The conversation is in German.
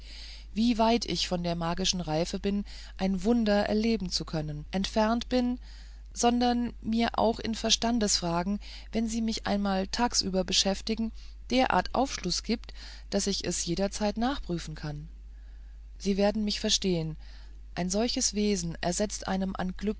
wie weit ich von der magischen reife ein wunder erleben zu können entfernt bin sondern mir auch in verstandesfragen wie sie mich einmal tagsüber beschäftigen derart aufschluß gibt daß ich es jederzeit nachprüfen kann sie werden mich verstehen ein solches wesen ersetzt einem